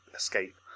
escape